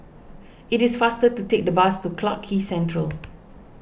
it is faster to take the bus to Clarke Quay Central